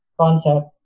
concept